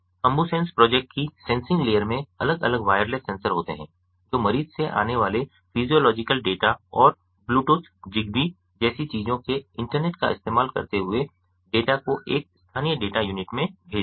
AmbuSens project की sensing layer में अलग अलग वायरलेस सेंसर होते हैं जो मरीज से आने वाले फिजियोलॉजिकल डेटा और ब्लूटूथ ज़िगबी जैसी चीजों के इंटरनेट का इस्तेमाल करते हुए डेटा को एक स्थानीय डेटा यूनिट में भेजते हैं